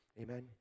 amen